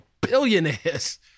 billionaires